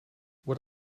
what